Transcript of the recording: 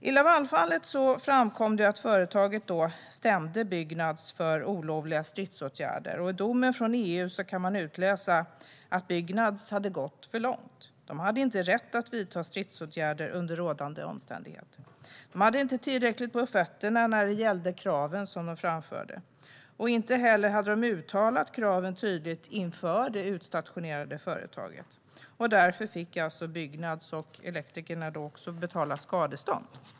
I Lavalfallet framkom det att företaget stämde Byggnads för olovliga stridsåtgärder, och i domen från EU kan man utläsa att Byggnads hade gått för långt. De hade inte rätt att vidta stridsåtgärder under rådande omständigheter. De hade inte tillräckligt på fötterna när det gällde de krav de framförde. Inte heller hade de uttalat kraven tydligt inför det utstationerade företaget. Därför fick alltså Byggnads och även Elektrikerna betala skadestånd.